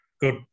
good